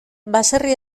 baserri